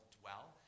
Dwell